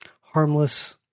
harmless